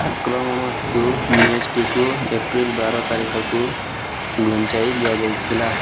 ଆକ୍ରମଣ ହେତୁ ମ୍ୟାଚ୍ଟିକୁ ଏପ୍ରିଲ ବାର ତାରିଖକୁ ଘୁଞ୍ଚାଇ ଦିଆଯାଇଥିଲା